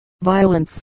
violence